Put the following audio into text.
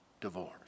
divorce